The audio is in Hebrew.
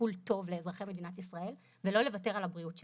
טיפול טוב לאזרחי מדינת ישראל ולא לוותר על הבריאות שלנו.